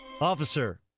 Officer